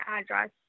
address